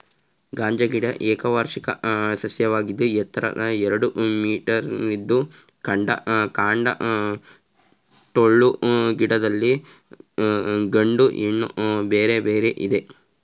ಗಾಂಜಾ ಗಿಡ ಏಕವಾರ್ಷಿಕ ಸಸ್ಯವಾಗಿದ್ದು ಎತ್ತರ ಎರಡು ಮೀಟರಿದ್ದು ಕಾಂಡ ಟೊಳ್ಳು ಗಿಡದಲ್ಲಿ ಗಂಡು ಹೆಣ್ಣು ಬೇರೆ ಬೇರೆ ಇದೆ